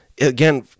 again